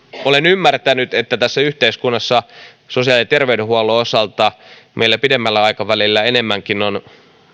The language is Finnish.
olen ymmärtänyt että tässä yhteiskunnassa sosiaali ja terveydenhuollon osalta meillä pidemmällä aikavälillä on